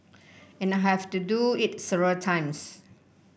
and I have to do it several times